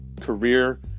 career